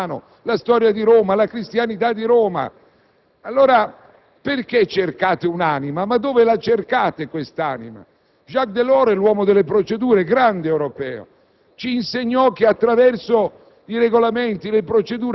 Come fa l'Europa oggi a proporsi nel mondo dimenticando il diritto romano, la storia di Roma, la cristianità di Roma? Allora, perché cercate un'anima? Ma dove la cercate quest'anima? Jacques Delors è l'uomo delle procedure, un grande europeo.